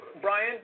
Brian